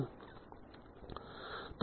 तो यह ऐसे किया जाता है